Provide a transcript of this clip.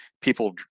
people